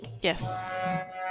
yes